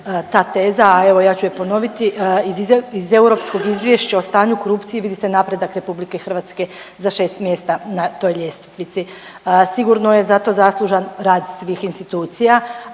ta teza, a evo ja ću je ponoviti, iz europskog izvješća o stanju korupcije vidi se napredak RH za 6 mjesta na toj ljestvici. Sigurno je za to zaslužan rad svih institucija,